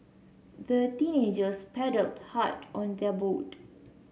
the teenagers paddled hard on their boat